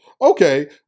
Okay